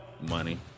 Money